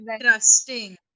trusting